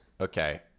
okay